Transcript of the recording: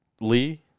Lee